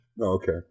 Okay